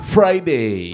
Friday